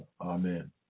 Amen